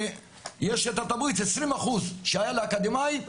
יש את התמריץ 20% שהיה לאקדמאי.